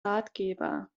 ratgeber